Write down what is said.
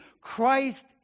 Christ